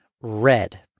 red